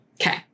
Okay